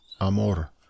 Amor